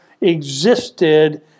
existed